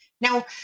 now